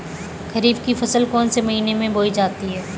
खरीफ की फसल कौन से महीने में बोई जाती है?